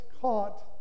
caught